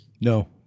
No